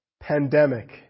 pandemic